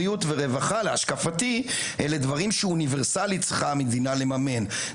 בריאות ורווחה להשקפתי אלה דברים שאוניברסלית צריכה המדינה לממן.